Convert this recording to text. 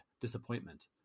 disappointment